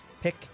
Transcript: pick